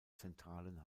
zentralen